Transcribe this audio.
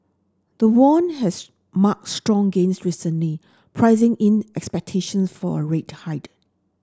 the won has marked strong gains recently pricing in expectations for a rate hike